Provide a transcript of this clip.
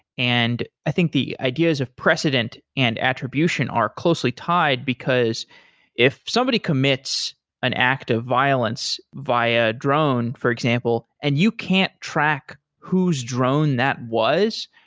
and i think the ideas of precedent and attribution are closely tied, because if somebody commits an act of violence via drone, for example, and you can't track who's drone that was,